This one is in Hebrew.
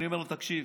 אני אומר לו: תקשיב,